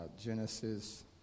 Genesis